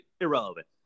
irrelevant